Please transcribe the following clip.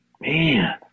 man